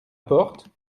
porte